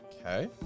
Okay